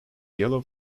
yellow